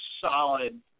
solid